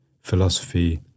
philosophy